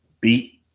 beat